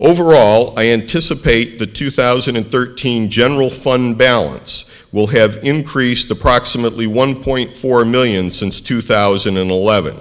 overall i anticipate the two thousand and thirteen general fund balance will have increased the proximately one point four million since two thousand and eleven